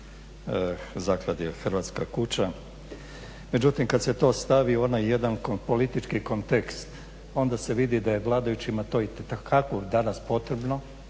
zakladi hrvatska kuća. Međutim kad se to stavi u onaj jedan politički kontekst onda se vidi da je vladajućima to itekako danas potrebno